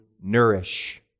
nourish